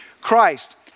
Christ